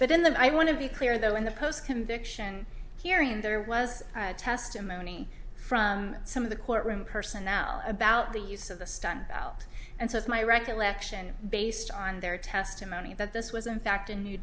in the i want to be clear though in the post conviction here and there was testimony from some of the courtroom person now about the use of the stand up and says my recollection based on their testimony that this was in fact a new